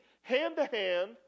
hand-to-hand